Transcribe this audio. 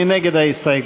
מי נגד ההסתייגות?